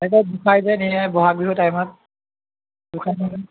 এই যে গোঁসাই যে নিয়ে ব'হাগ বিহুৰ টাইমত গোঁসাই